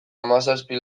hamazazpi